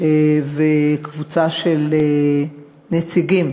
וקבוצה של נציגים